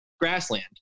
grassland